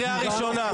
קריאה ראשונה.